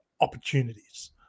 opportunities